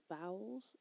Vowels